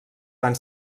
van